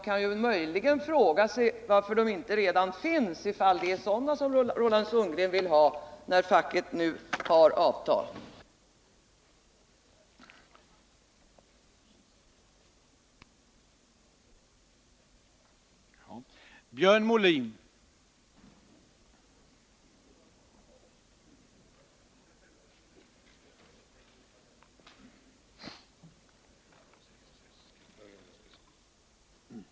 Man kan möjligen fråga sig varför de inte redan finns, om det nu är sådana ombudsmän som Roland Sundgren vill ha, när nu facket har träffat avtal på detta område.